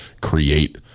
create